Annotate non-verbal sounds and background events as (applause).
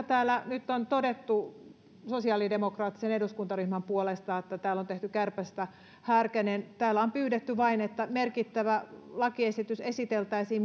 (unintelligible) täällä nyt on todettu sosiaalidemokraattisen eduskuntaryhmän puolesta että täällä on tehty kärpäsestä härkänen mutta täällä on pyydetty vain että merkittävä lakiesitys esiteltäisiin (unintelligible)